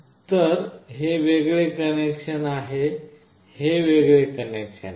तर हे वेगळे कनेक्शन आहे हे एक वेगळे कनेक्शन आहे